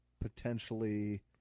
potentially